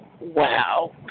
wow